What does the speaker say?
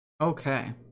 Okay